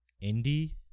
Indy